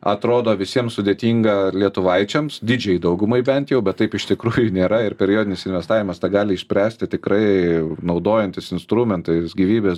atrodo visiem sudėtinga lietuvaičiams didžiajai daugumai bent jau bet taip iš tikro nėra ir periodinis investavimas tą gali išspręsti tikrai naudojantis instrumentais gyvybės